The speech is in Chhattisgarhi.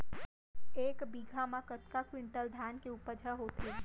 एक बीघा म कतका क्विंटल धान के उपज ह होथे?